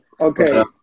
Okay